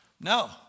No